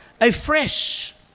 afresh